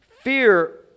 fear